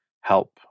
help